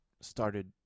started